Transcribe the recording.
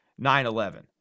9-11